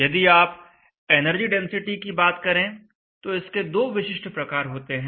यदि आप energy density की बात करें तो इसके दो विशिष्ट प्रकार होते हैं